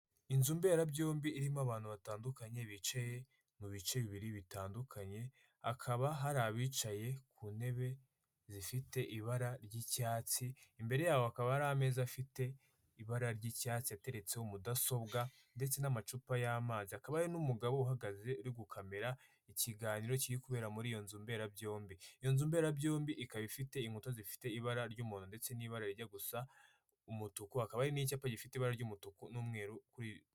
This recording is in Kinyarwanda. Inzu mberabyombi irimo abantu batandukanye, bicaye mu bice bibiri bitandukanye, hakaba hari abicaye ku ntebe zifite ibara ry'icyatsi, imbere yabo hakaba hari ameza afite ibara ry'icyatsi ateretseho mudasobwa, ndetse n'amacupa y'amazi, hakaba hari n'umugabo uhagaze uri gukamera ikiganiro kiri kubera muri iyo nzu mberabyombi, iyo nzu mberabyombi ikaba ifite inkuta zifite ibara ry'umuhondo ndetse n'ibara rijya gusa umutuku, hakaba hari n'icyapa gifite ibara ry'umutuku n'umweru.